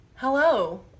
Hello